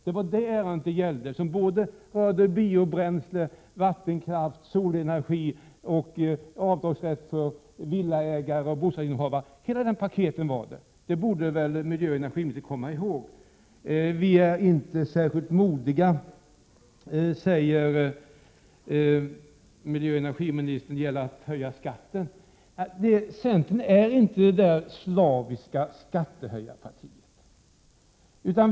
Det var det ärendet som det gällde — det rörde både biobränsle, vattenkraft, solenergi och avdragsrätt för villaägare och bostadsrättsinnehavare. Det gällde hela det paketet, och detta borde väl miljöoch energiministern komma ihåg. Vi är inte särskilt modiga, säger miljöoch energiministern vidare, beträffande att höja skatten. Nej, centern är inte det slaviska skattehöjarpartiet.